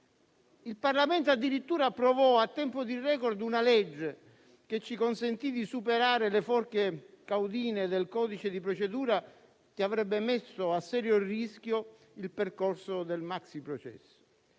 Il Parlamento addirittura approvò, a tempo di *record*, una legge che ci consentì di superare le forche caudine del codice di procedura, che avrebbe messo a serio rischio il percorso del maxiprocesso.